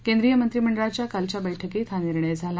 केंद्रीय मंत्रीमंडळाच्या कालच्या बैठकीत हा निर्णय झाला